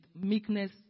meekness